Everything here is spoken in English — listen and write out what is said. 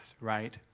right